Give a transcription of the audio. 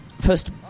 first